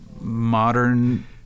modern